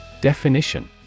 Definition